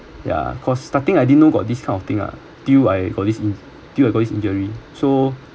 ya because starting I didn't know got this kind of thing ah till I got this in~ till I got this injury so